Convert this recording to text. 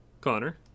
Connor